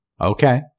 okay